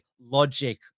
logic